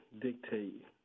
dictate